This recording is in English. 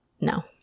No